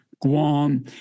Guam